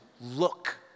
look